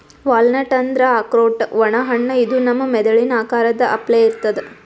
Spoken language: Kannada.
ವಾಲ್ನಟ್ ಅಂದ್ರ ಆಕ್ರೋಟ್ ಒಣ ಹಣ್ಣ ಇದು ನಮ್ ಮೆದಳಿನ್ ಆಕಾರದ್ ಅಪ್ಲೆ ಇರ್ತದ್